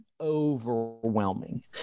overwhelming